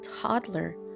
toddler